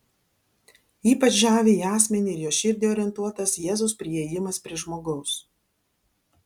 ypač žavi į asmenį ir jo širdį orientuotas jėzaus priėjimas prie žmogaus